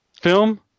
Film